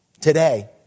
today